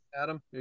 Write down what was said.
Adam